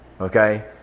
Okay